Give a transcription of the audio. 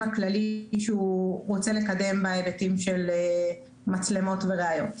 הכללי שהוא רוצה לקדם בהיבטים של מצלמות וראיות.